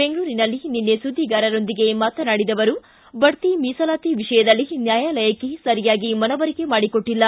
ಬೆಂಗಳೂರಿನಲ್ಲಿ ನಿನ್ನೆ ಸುದ್ದಿಗಾರರೊಂದಿಗೆ ಮಾತನಾಡಿದ ಅವರು ಬಡ್ತಿ ಮೀಸಲಾತಿ ವಿಷಯದಲ್ಲಿ ನ್ಯಾಯಾಲಯಕ್ಕ ಸರಿಯಾಗಿ ಮನವರಿಕೆ ಮಾಡಿಕೊಟ್ಟಲ್ಲ